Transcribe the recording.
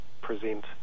present